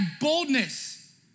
boldness